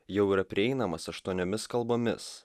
jau yra prieinamas aštuoniomis kalbomis